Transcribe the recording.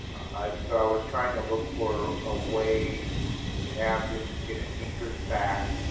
i so was trying to look for a way to have him get an interest back.